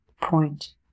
point